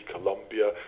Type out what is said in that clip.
Colombia